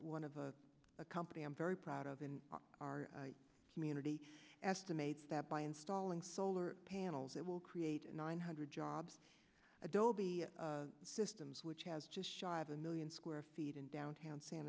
one of a a company i'm very proud of in our community estimates that by installing solar panels it will create nine hundred jobs adobe systems which has just shy of a million square feet in downtown san